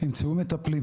ימצאו מטפלים.